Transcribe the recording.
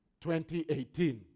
2018